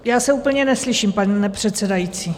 Já se úplně neslyším, pane předsedající.